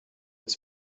its